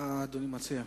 מה אדוני מציע?